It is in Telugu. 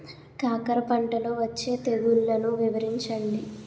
కాకర పంటలో వచ్చే తెగుళ్లను వివరించండి?